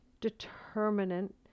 determinant